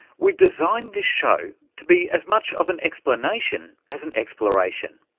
we've designed this show to be as much of an explanation as an exploration.